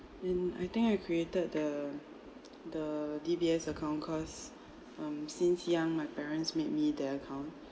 and I think I created the the D_B_S account cause um since young my parents made me the account